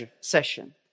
session